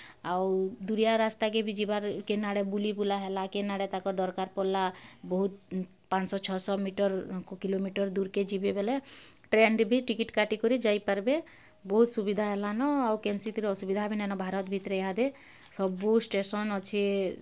ଆଉ ଦୁରିଆ ରାସ୍ତାେକେ ବି ଯିବାର୍ କେନ୍ ଆଡ଼େ ବୁଲି ବୁଲା ହେଲା କେନ ଆଡ଼େ ତାଙ୍କର ଦରକାର ପଡ଼ିଲା ବହୁତ ପାଞ୍ଚଶହ ଛଅଶହ ମିଟର୍ କିଲୋମିଟର୍ ଦୂରକେ ଯିବେ ବେଲେ ଟ୍ରେନ୍ରେ ବି ଟିକେଟ୍ କାଟିକରି ଯାଇପାର୍ବେ ବହୁତ ସୁବିଧା ହେଲାନ ଆଉ କେନ୍ସିଥିରେ ଅସୁବିଧା ବି ନାଇଁନ ଭାରତ ଭିତରେ ଇହାଦେ ସବୁ ଷ୍ଟେସନ୍ ଅଛେ